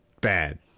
bad